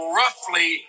roughly